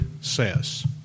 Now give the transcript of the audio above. says